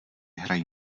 hrají